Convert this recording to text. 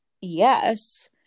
yes